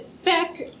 Back